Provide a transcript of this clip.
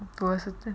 波士顿